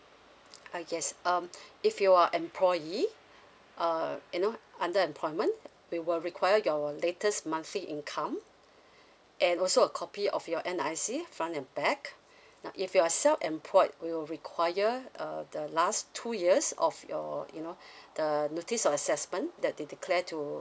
ah yes um if you are employee uh you know under employment we were require your latest monthly income and also a copy of your N_R_I_C front and back and if you are self employed we'll require uh the last two years of your you know the notice or assessment that they declare to